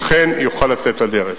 אכן יוכל לצאת לדרך.